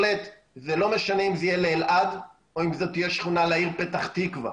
וזה לא משנה אם זה יהיה לאלעד או אם זאת שכונה לעיר פתח תקווה.